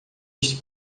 este